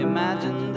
Imagine